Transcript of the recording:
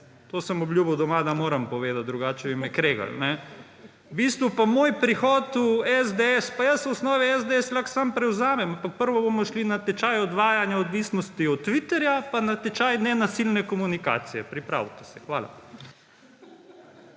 To sem obljubil doma, da moram povedati, drugače bi me kregali. V bistvu pa moj prihod v SDS, pa jaz v osnovi SDS lahko sam prevzemam, ampak najprej bomo šli na tečaj odvajanja odvisnosti od Twitterja pa na tečaj nenasilne komunikacije. Pripravite se. Hvala.